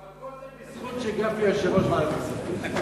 אבל כל זה בזכות זה שגפני יושב-ראש ועדת הכספים,